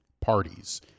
parties